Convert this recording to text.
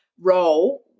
role